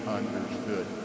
understood